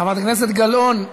חברת הכנסת גלאון,